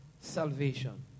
salvation